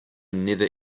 never